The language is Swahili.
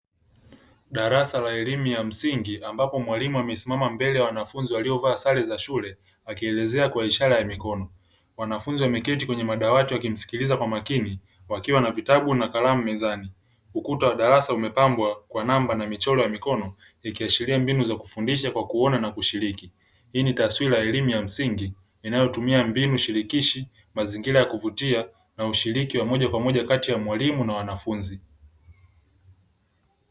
Darasa la elimu ya msingi ambapo mwalimu amesimama mbele ya wanafunzi waliovaa sare za shule, akielezea kwa ishara ya mikono. Wanafunzi wameketi kwenye madawati wakimsikiliza kwa makini wakiwa na vitabu na kalamu mezani. Ukuta wa darasa umepambwa kwa namba na michoro ya mikono ikiashiria mbinu za kufundisha kwa kuona na kushiriki. Hii ni taswira ya elimu ya msingi inayotumia mbinu shirikishi mazingira ya kuvutia na ushiriki wa moja kwa moja kati ya mwalimu na wanafunzi.